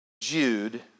Jude